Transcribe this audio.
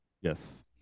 Yes